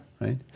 right